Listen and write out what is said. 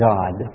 God